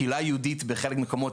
הקהילה היהודית בחלק מהמקומות,